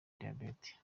diyabeti